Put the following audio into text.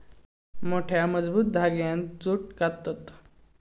मोठ्या, मजबूत धांग्यांत जूट काततत